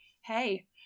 hey